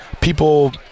People